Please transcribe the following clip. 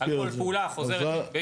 שעל כל פעולה חוזרת,